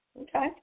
Okay